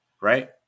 right